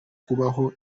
kubaho